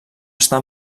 està